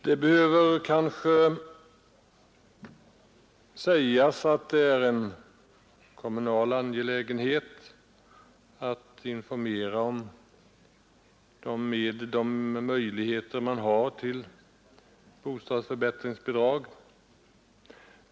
Det bör kanske sägas att det är en kommunal angelägenhet att informera om de möjligheter man har till bostadsförbättringsbidrag.